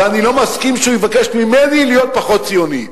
ואני לא מסכים שהוא יבקש ממני להיות פחות ציוני.